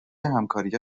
همکاری